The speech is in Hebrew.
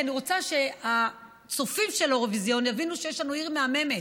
כי אני רוצה שהצופים של האירוויזיון יבינו שיש לנו עיר מהממת,